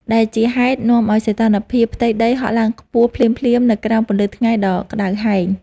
ដែលជាហេតុនាំឱ្យសីតុណ្ហភាពផ្ទៃដីហក់ឡើងខ្ពស់ភ្លាមៗនៅក្រោមពន្លឺថ្ងៃដ៏ក្ដៅហែង។